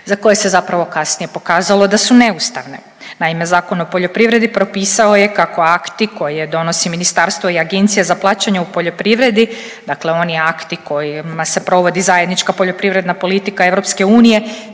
za koje se zapravo kasnije pokazalo da su neustavne. Naime, Zakon o poljoprivredi propisao je kako akti koje donosi ministarstvo i Agencija za plaćanje u poljoprivredi, dakle oni akti kojima se provodi zajednička poljoprivredna politika EU